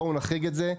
בואו נחריג את זה,